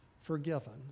forgiven